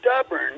stubborn